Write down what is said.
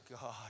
God